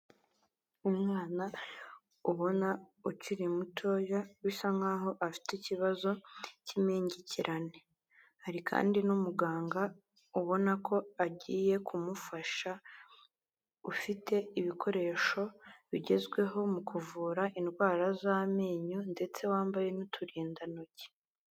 Umwana ubona ukiri mutoya, bisa nk'aho afite ikibazo cy'impengekerane, hari kandi n'umuganga ubona ko agiye kumufasha, ufite ibikoresho bigezweho mu kuvura indwara z'amenyo ndetse wambaye n'uturindantoki.